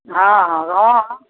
हँ हँ हँ हँ